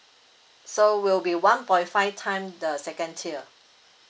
so will be one point five time the second tier